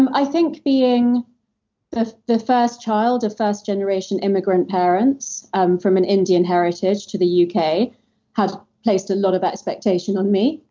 um i think being the the first child of first generation immigrant parents um from an indian heritage to the yeah uk had placed a lot of expectation on me.